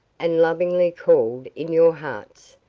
and lovingly called in your hearts,